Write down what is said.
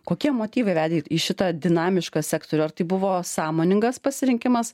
kokie motyvai vedė į šitą dinamišką sektorių ar tai buvo sąmoningas pasirinkimas